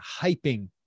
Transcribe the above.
hyping